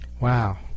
Wow